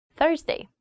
Thursday